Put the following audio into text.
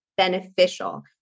beneficial